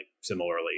similarly